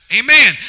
amen